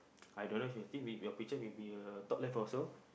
I don't know if you have your picture maybe uh top left also